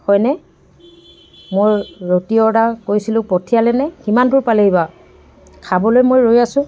হয়নে মোৰ ৰুটি অৰ্ডাৰ কৰিছিলোঁ পঠিয়ালেনে কিমান দূৰ পালেহি বাৰু খাবলৈ মই ৰৈ আছোঁ